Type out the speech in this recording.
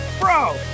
Bro